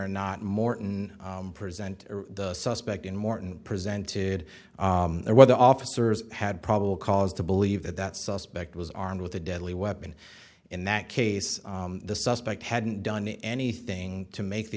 not morton present the suspect in morton presented or whether officers had probable cause to believe that that suspect was armed with a deadly weapon in that case the suspect hadn't done anything to make the